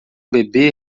bebê